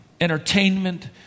entertainment